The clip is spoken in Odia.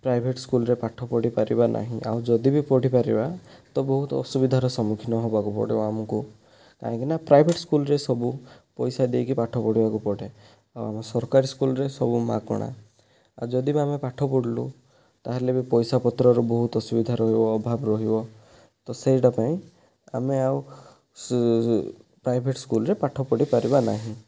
ପ୍ରାଇଭେଟ୍ ସ୍କୁଲ୍ ରେ ପାଠ ପଢ଼ିପାରିବା ନାହିଁ ଆଉ ଯଦି ବି ପଢ଼ିପାରିବା ତ ବହୁତ ଅସୁବିଧାର ସମ୍ମୁଖୀନ ହେବାକୁ ପଡ଼ିବ ଆମକୁ କାହିଁକି ନା ପ୍ରାଇଭେଟ୍ ସ୍କୁଲ୍ ରେ ସବୁ ପଇସା ଦେଇକି ପାଠ ପଢ଼ିବାକୁ ପଡ଼େ ଆଉ ସରକାରୀ ସ୍କୁଲ୍ ରେ ସବୁ ମାଗଣା ଆଉ ଯଦି ବି ଆମେ ପାଠ ପଢ଼ିଲୁ ତାହେଲେ ବି ପଇସାପତ୍ରର ବହୁତ ଅସୁବିଧା ରହିବ ଅଭାବ ରହିବ ତ ସେଇଟା ପାଇଁ ଆମେ ଆଉ ପ୍ରାଇଭେଟ୍ ସ୍କୁଲ୍ ରେ ପାଠ ପଢ଼ି ପାରିବା ନାହିଁ